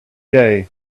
day